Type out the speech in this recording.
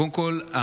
קודם כול,